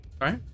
right